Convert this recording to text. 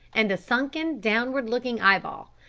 and the sunken, downward-looking eyeball,